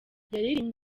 yaririmbye